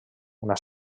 una